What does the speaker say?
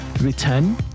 return